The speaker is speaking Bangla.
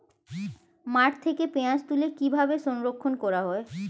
মাঠ থেকে পেঁয়াজ তুলে কিভাবে সংরক্ষণ করা হয়?